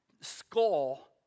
skull